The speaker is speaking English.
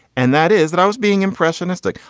and that is that i was being impressionistic.